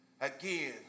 again